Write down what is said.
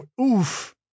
Oof